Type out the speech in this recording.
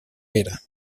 pere